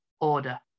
order